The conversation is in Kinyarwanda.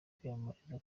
kwiyamamariza